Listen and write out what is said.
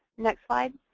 next slide.